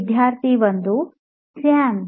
ವಿದ್ಯಾರ್ಥಿ 1 ಸ್ಯಾಮ್